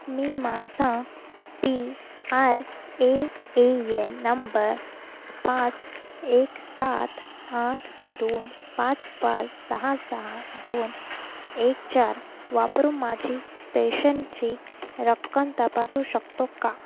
मी माझा P R A A N number पाच एक सात आठ दोन पाच पाच सहा सहा दोन एक चार वापरून माझी पेशनची रक्कम तपासू शकतो का